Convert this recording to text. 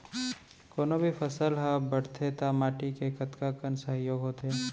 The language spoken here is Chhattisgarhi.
कोनो भी फसल हा बड़थे ता माटी के कतका कन सहयोग होथे?